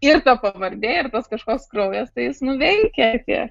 ir ta pavardė ir tas kažkoks kraujas tai jis nu veikia tie